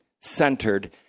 centered